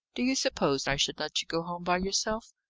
do you suppose i should let you go home by yourself?